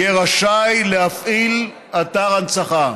יהיה רשאי להפעיל אתר הנצחה.